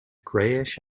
greyish